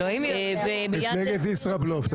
מפלגת ישראבלוף.